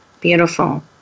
Beautiful